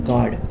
God